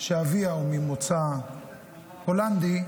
שאביה הוא ממוצא אירי,